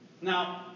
Now